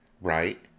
Right